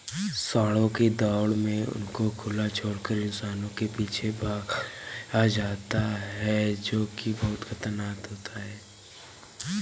सांडों की दौड़ में उनको खुला छोड़कर इंसानों के पीछे भगाया जाता है जो की बहुत खतरनाक होता है